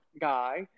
guy